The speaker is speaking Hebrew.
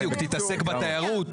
תתעסק בתיירות,